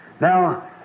Now